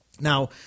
Now